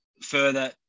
further